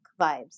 vibes